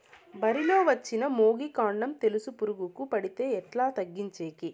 వరి లో వచ్చిన మొగి, కాండం తెలుసు పురుగుకు పడితే ఎట్లా తగ్గించేకి?